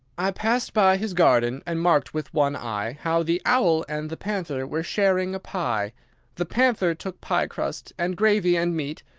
i passed by his garden, and marked, with one eye, how the owl and the panther were sharing a pie the panther took pie-crust, and gravy, and meat,